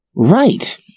Right